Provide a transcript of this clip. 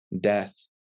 death